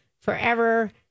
forever